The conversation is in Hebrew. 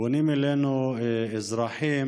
פונים אלינו אזרחים